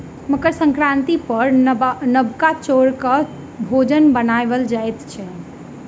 मकर संक्रांति पर नबका चौरक भोजन बनायल जाइत अछि